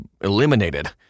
eliminated